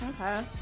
Okay